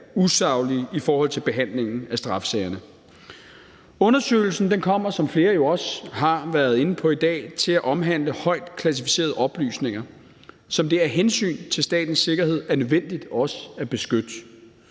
usaglige i forhold til behandlingen af straffesagerne. Undersøgelsen kommer, som flere jo også har været inde på i dag, til at omhandle højt klassificerede oplysninger, som det af hensyn til statens sikkerhed er nødvendigt også at beskytte.